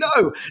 no